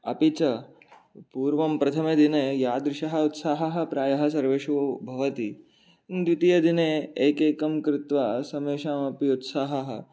अपि च पूर्वं प्रथमदिने यादृशः उत्साहः प्रायः सर्वेषु भवति द्वितीयदिने एकैकं कृत्वा समेषामपि उत्साहः